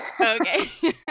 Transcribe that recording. Okay